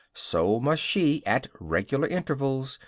so must she, at regular intervals,